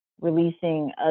Releasing